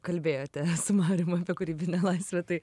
kalbėjote su marijum apie kūrybinę laisvę tai